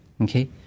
okay